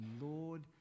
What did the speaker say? Lord